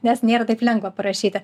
nes nėra taip lengva parašyti